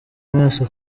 amaso